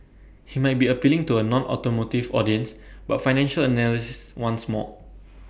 he might be appealing to A nonautomotive audience but financial analysts want more